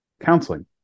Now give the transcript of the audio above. counseling